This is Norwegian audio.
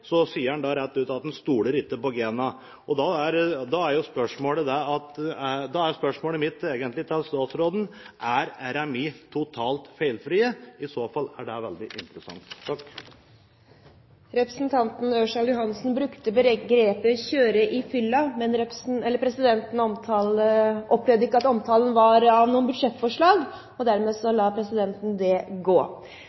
sier han rett ut at han ikke stoler på GENA. Da er egentlig spørsmålet mitt: Er RMI totalt feilfri? I så fall er det veldig interessant. Representanten Ørsal Johansen brukte begrepet «kjøre i fylla». Men presidenten opplevde ikke at omtalen var av noe budsjettforslag, og dermed